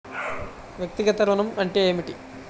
వ్యక్తిగత ఋణం అంటే ఏమిటి?